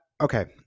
okay